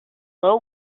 low